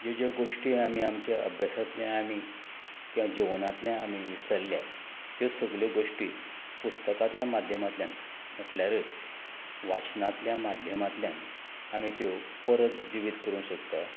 ज्यो ज्यो गोश्टी आमी आमच्या अभ्यासांतल्या आमी किंवा जिवनांतल्या आमी विसरल्यात त्यो सगल्यो गोश्टी पुस्तकांतलें माध्यमांतल्यान म्हटल्यारच वाचनांतल्या माध्यमांतल्यान आमी त्यो परत जिवीत करूं शकता